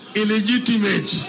illegitimate